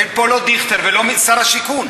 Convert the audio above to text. אין פה לא דיכטר ולא שר השיכון.